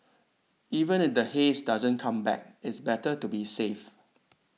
even if the haze doesn't come back it's better to be safe